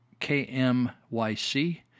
KMYC